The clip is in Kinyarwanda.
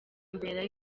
mbere